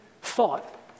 thought